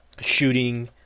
shooting